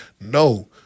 No